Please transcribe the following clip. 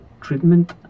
treatment